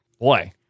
boy